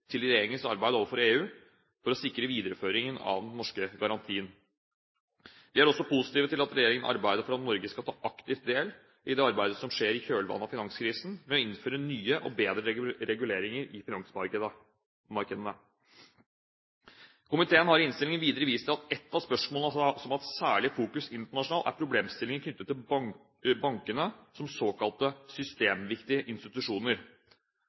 til regjeringens arbeid overfor EU for å sikre videreføringen av den norske garantien. Vi er også positive til at regjeringen arbeider for at Norge skal ta aktivt del i det arbeidet som skjer i kjølvannet av finanskrisen ved å innføre nye og bedre reguleringer av finansmarkedene. Komiteen har i innstillingen videre vist til at et av spørsmålene som har hatt særlig fokus internasjonalt, er problemstillinger knyttet til bankene som såkalte systemviktige institusjoner.